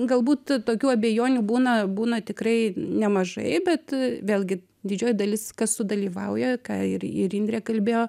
galbūt tokių abejonių būna būna tikrai nemažai bet vėlgi didžioji dalis kas sudalyvauja ką ir ir indrė kalbėjo